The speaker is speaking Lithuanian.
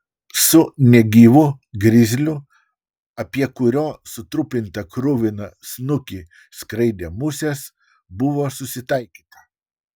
su negyvu grizliu apie kurio sutrupintą kruviną snukį skraidė musės buvo susitaikyta